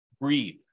breathe